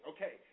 Okay